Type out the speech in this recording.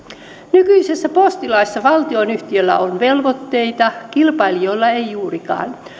nykyisessä postilaissa valtionyhtiöllä on velvoitteita kilpailijoilla ei juurikaan